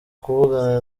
kuvugana